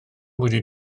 wedi